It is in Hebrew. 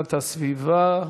והגנת הסביבה?